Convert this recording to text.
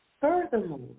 Furthermore